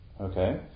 okay